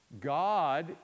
God